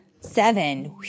seven